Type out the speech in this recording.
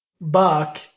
Buck